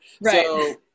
right